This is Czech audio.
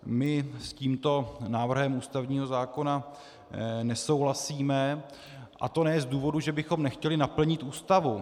My s tímto návrhem ústavního zákona nesouhlasíme, a to ne z důvodu, že bychom nechtěli naplnit Ústavu.